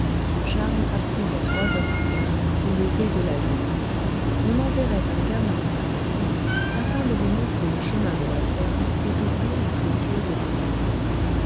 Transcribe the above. charles partirait trois heures plus tard au lever de la lune on enverrait un gamin à sa rencontre afin de lui montrer le chemin de la ferme et d'ouvrir les clôtures devant lui